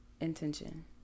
Intention